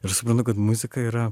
ir suprantu kad muzika yra